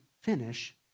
finish